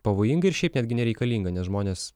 pavojinga ir šiaip netgi nereikalinga nes žmonės